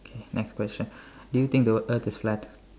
okay next question do you think the earth is flat